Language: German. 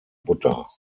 butter